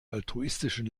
altruistischen